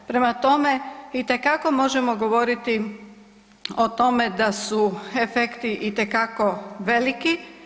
Prema tome, itekako možemo govoriti o tome da su efekti itekako veliki.